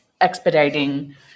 expediting